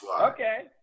Okay